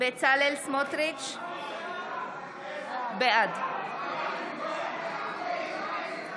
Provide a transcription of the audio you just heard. בצלאל סמוטריץ' בעד אוסאמה סעדי,